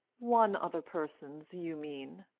one other person's, you mean.